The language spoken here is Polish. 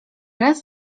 raz